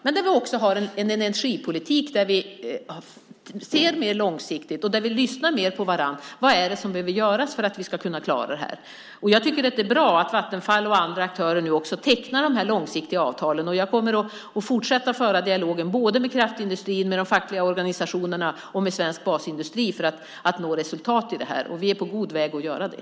Men vi för också en energipolitik där vi ser mer långsiktigt och där vi lyssnar mer på varandra. Vad är det som behöver göras för att vi ska kunna klara det här? Jag tycker att det är bra att Vattenfall och andra aktörer nu tecknar långsiktiga avtal. Jag kommer att fortsätta att föra dialogen både med kraftindustrin, med de fackliga organisationerna och med svensk basindustri för att nå resultat. Vi är på god väg att göra det.